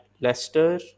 Leicester